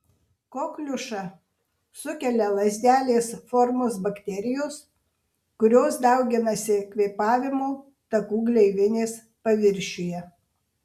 kokliušą sukelia lazdelės formos bakterijos kurios dauginasi kvėpavimo takų gleivinės paviršiuje